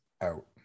out